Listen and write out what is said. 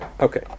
Okay